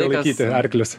sulaikyti arklius